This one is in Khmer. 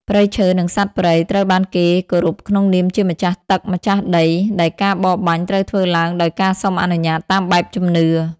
ព្រៃឈើ និងសត្វព្រៃត្រូវបានគេគោរពក្នុងនាមជាម្ចាស់ទឹកម្ចាស់ដី ដែលការបរបាញ់ត្រូវធ្វើឡើងដោយការសុំអនុញ្ញាតតាមបែបជំនឿ។